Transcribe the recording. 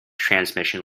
transmission